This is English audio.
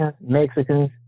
Mexicans